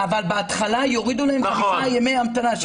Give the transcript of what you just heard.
אבל בהתחלה יורידו להם חמישה ימי המתנה.